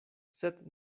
sed